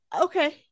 okay